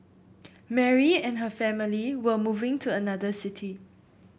Mary and her family were moving to another city